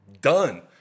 done